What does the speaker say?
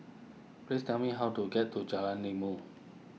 please tell me how to get to Jalan Ilmu